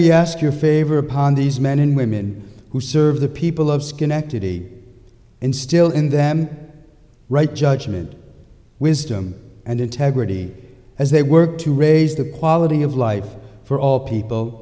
we ask your favor upon these men and women who serve the people of schenectady instill in them right judgment wisdom and integrity as they work to raise the quality of life for all people